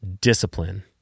discipline